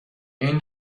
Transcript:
این